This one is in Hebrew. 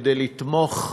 כדי לתמוך,